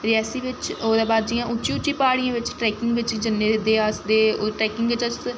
रियासी बिच्च ओह्दे बाद जि'यां उच्ची उच्ची प्हाड़ियें बिच्च ट्रैकिंग बिच्च जन्नें ते अस ते ओह् ट्रैकिंग बिच्च अस